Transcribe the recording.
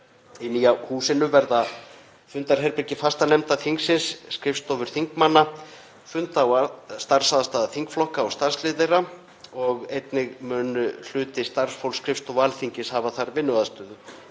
Í nýja húsinu verða fundarherbergi fastanefnda þingsins, skrifstofur þingmanna, funda- og starfsaðstaða þingflokka og starfsliðs þeirra og einnig mun hluti starfsfólks skrifstofu Alþingis hafa þar vinnuaðstöðu.